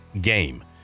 game